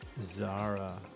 Zara